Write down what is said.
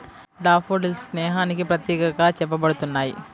daffodils స్నేహానికి ప్రతీకగా చెప్పబడుతున్నాయి